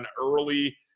early